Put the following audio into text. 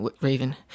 Raven